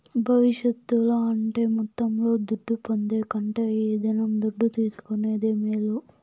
భవిష్యత్తుల అంటే మొత్తంలో దుడ్డు పొందే కంటే ఈ దినం దుడ్డు తీసుకునేదే మేలు